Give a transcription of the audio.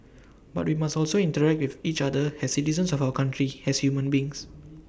but we must also interact with each other as citizens of our country as human beings